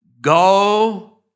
Go